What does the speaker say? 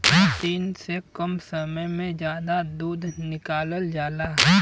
मसीन से कम समय में जादा दूध निकालल जाला